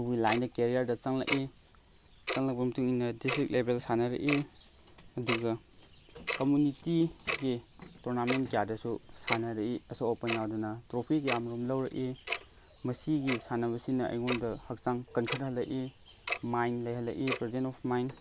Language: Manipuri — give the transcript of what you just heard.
ꯂꯥꯏꯟꯗ ꯀꯦꯔꯤꯌꯥꯔꯗ ꯆꯪꯂꯛꯏ ꯆꯪꯂꯛꯄ ꯃꯇꯨꯡ ꯏꯟꯅ ꯗꯤꯁꯇ꯭ꯔꯤꯛ ꯂꯦꯕꯦꯜꯗ ꯁꯥꯟꯅꯔꯛꯏ ꯑꯗꯨꯒ ꯀꯝꯃꯨꯅꯤꯇꯤꯒꯤ ꯇꯣꯔꯅꯥꯃꯦꯟ ꯀꯌꯥꯗꯁꯨ ꯁꯥꯟꯅꯔꯛꯏ ꯑꯁꯣꯛ ꯑꯄꯟ ꯌꯥꯎꯗꯨꯅ ꯇ꯭ꯔꯣꯐꯤ ꯀꯌꯥ ꯃꯔꯨꯝ ꯂꯧꯔꯛꯏ ꯃꯁꯤꯒꯤ ꯁꯥꯟꯅꯕꯁꯤꯅ ꯑꯩꯉꯣꯟꯗ ꯍꯛꯆꯥꯡ ꯀꯟꯈꯠꯍꯜꯂꯛꯏ ꯃꯥꯏꯟ ꯂꯩꯍꯜꯂꯛꯏ ꯄ꯭ꯔꯖꯦꯟꯁ ꯑꯣꯐ ꯃꯥꯏꯟ